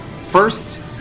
First